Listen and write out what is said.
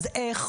איך?